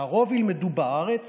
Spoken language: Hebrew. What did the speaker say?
שהרוב ילמדו בארץ